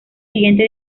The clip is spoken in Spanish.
siguiente